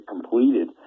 completed